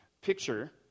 picture